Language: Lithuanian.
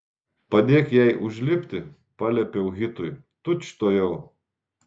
padėk jai užlipti paliepiau hitui tučtuojau